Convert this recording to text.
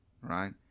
right